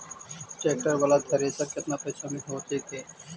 Tractor बाला thresher केतना पैसा में हो जैतै?